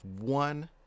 one